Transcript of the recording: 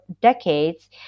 decades